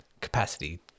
capacity